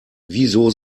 wieso